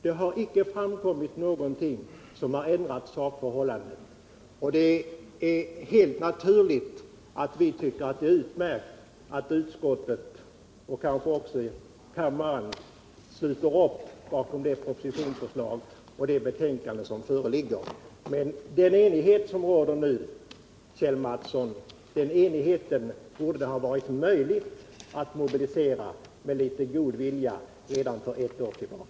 Det har icke framkommit någonting som ändrat sakförhållandena. Det är helt naturligt att vi tycker att det är utmärkt att utskottet och kanske också kammaren sluter upp bakom det förslag som föreligger. Den enighet som nu råder borde det, Kjell Mattsson, med litet god vilja ha varit möjligt att mobilisera redan för ett år sedan.